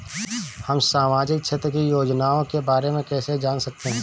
हम सामाजिक क्षेत्र की योजनाओं के बारे में कैसे जान सकते हैं?